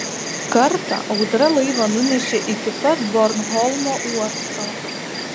kartą audra laivą nunešė iki pat bornholmo uosto